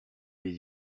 les